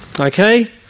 Okay